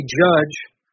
judge